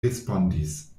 respondis